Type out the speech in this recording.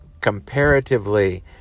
comparatively